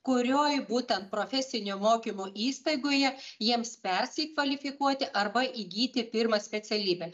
kurioj būtent profesinio mokymo įstaigoje jiems persikvalifikuoti arba įgyti pirmą specialybę